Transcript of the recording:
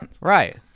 right